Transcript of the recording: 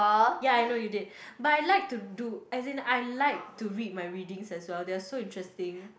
ya I know you did but I like to do as in I like to read my readings as well they are so interesting